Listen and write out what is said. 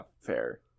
fair